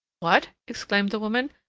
what, exclaimed the woman,